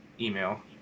email